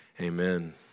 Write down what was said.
Amen